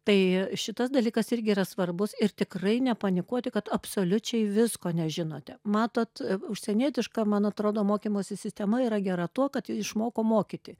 tai šitas dalykas irgi yra svarbus ir tikrai nepanikuoti kad absoliučiai visko nežinote matot užsienietiška man atrodo mokymosi sistema yra gera tuo kad išmoko mokyti